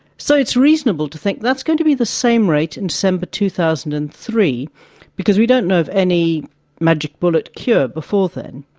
so it's reasonable to think that's going to be the same rate in december two thousand and three because we don't know of any magic bullet cure before then.